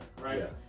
right